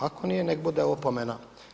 Ako nije nek bude opomena.